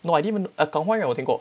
no I didn't even know 感化院我听过